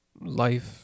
life